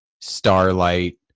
Starlight